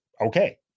okay